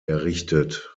errichtet